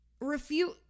refute